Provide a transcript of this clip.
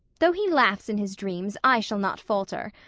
though he laughs in his dreams, i shall not falter.